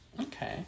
Okay